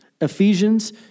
Ephesians